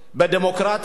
בדמוקרטיה,